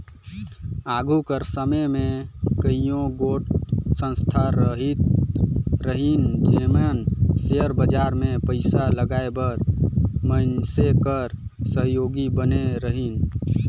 आघु कर समे में कइयो गोट संस्था रहत रहिन जेमन सेयर बजार में पइसा लगाए बर मइनसे कर सहयोगी बने रहिन